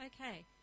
okay